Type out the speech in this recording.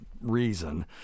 reason